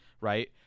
right